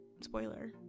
Spoiler